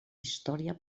història